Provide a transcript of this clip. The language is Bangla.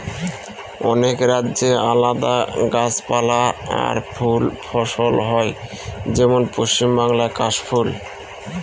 অনেক রাজ্যে আলাদা গাছপালা আর ফুল ফসল হয় যেমন পশ্চিম বাংলায় কাশ ফুল